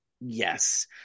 yes